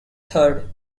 third